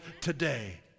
today